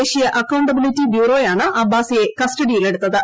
ദേശീയ അക്കൌണ്ടബിലിറ്റി ബ്യൂറോയാണ് അബ്ബാസ്ട്രിയെ കസ്റ്റഡിയിൽ എടുത്തത്